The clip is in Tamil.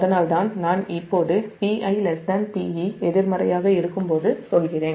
அதனால்தான் நான் இப்போது PiPe எதிர்மறையாக இருக்கும்போது சொல்கிறேன்